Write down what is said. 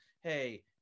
hey